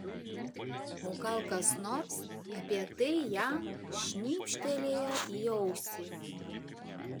o gal kas nors apie tai jam šnibžtelėjo į ausį